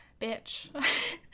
Bitch